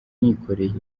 nikoreye